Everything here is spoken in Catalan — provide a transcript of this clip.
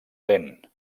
lent